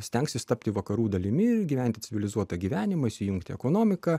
stengsis tapti vakarų dalimi ir gyventi civilizuotą gyvenimą įsijungti ekonomiką